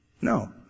No